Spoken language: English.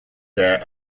their